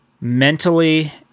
mentally